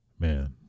Man